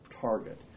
target